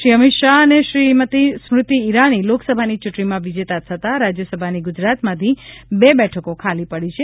શ્રી અમિત શાહ અને શ્રીમતિ સ્મ્રતિ ઇરાની લોકસભાની ચૂંટણીમાં વિજેતા થતાં રાજ્યસભાની ગુજરાતમાંથી બે બેઠકો ખાલી પડી છે